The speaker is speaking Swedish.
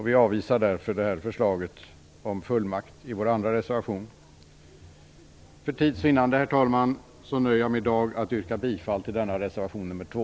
Vi avvisar därför förslaget om fullmakt i vår andra reservation. För tids vinnande, herr talman, nöjer jag mig i dag med att yrka bifall till denna reservation, nr 2.